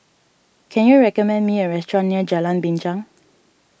can you recommend me a restaurant near Jalan Binchang